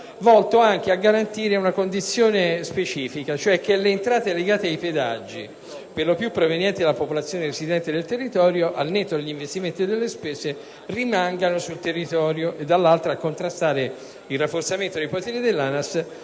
-volto anche a garantire una condizione specifica, cioè che le entrate legate ai pedaggi, per lo più provenienti dalla popolazione residente nel territorio, al netto degli investimenti e delle spese, rimangano sul territorio e, dall'altro, a contrastare il rafforzamento dei poteri dell'ANAS